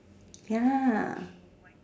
ya